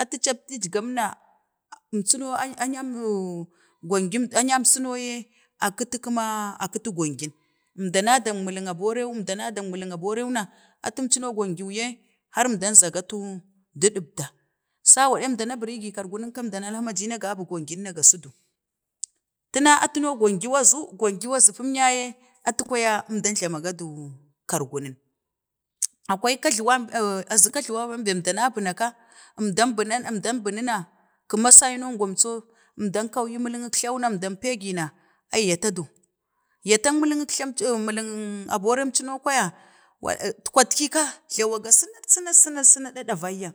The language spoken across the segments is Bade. atu eaptu captu cee gam na, əmeino, a nyan oh or ngonki, a nyan suro ye akiti kəma, a kiti kəma, akəri ngongin, əmdanan dak miling aburin na, əmda na dang miling aboriu na, atum cuno ngo siu ye har əmdan zagatu, ɗu ɗibda, sa waɗe, əmdan na biri gi, kargu nun ka əmdan na biri gi, kargu nun ka əmdan uke ma aji na gabi ngongi na ka sidu, tu na atu no gongi, wazu, gongiu azu pum ya yee atu kwaya əmdan jlama ga du kargu nun, akwai, kajlawan əmdan, bung, əmdan bunu na kuma sainu gwan cou, əmdan kwaiyo, miling jlan na əmdan pegi na, ai ya tadu, ya tang miling əkjtau, miling aborang, cu no kwaya kwa ii, ətkwatki ka, jlawaga sunat, sunat ɗa, sunat, sunaɗa, ɗabayyan,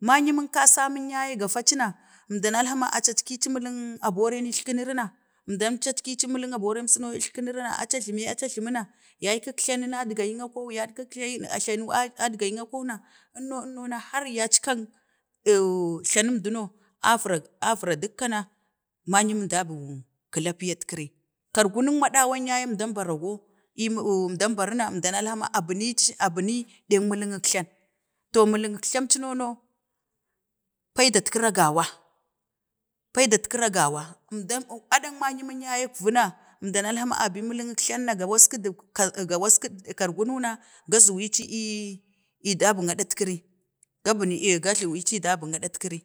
mayumin kasamun ya ye gafacin na, əmda nan ha ma, a cackeci, miling aboren əjlakiniri na əmdam cackaci miling aboran əjlakiniri no aca jlini, aca jlimi na, yay kək jtamin adgayik akwo, jtanin adgayik akwo na əno, ənno na, har yac kang corh jtanin du no, avira, avira dukka na mayukan dabu kəlapiyatkiri, kkargu nək maɗawa ya ye əmdan bara go ii or əmdan baring, na əmdan nan alha ma a birici, a bini ɗik miling nin əkjtan, to miling, əkjtan mu cuno no pai datkira gawa, pai datkira gawa, əmdan, adak mayum, ya yee əkvu na əmdan nan ha ma abi miling əkjlan na, ga wasku duk, ka ga wasku duk kargunu na ga zuwai ci ii dabuk a dat kiri, aa buni ga zuwai cii wabule adat kiri